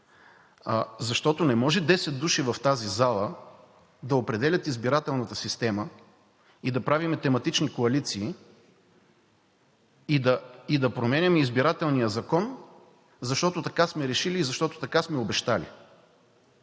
защото не може десет души в тази зала да определят избирателната система и да правим тематични коалиции, и да променяме Избирателния закон, защото така сме решили и защото така сме обещали.